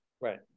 Right